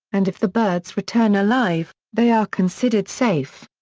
and if the birds return alive, they are considered safe.